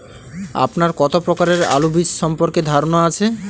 আপনার কত প্রকারের আলু বীজ সম্পর্কে ধারনা আছে?